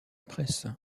presse